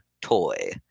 toy